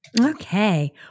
Okay